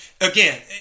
again